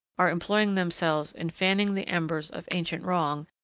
are employing themselves in fanning the embers of ancient wrong,